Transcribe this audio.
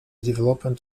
development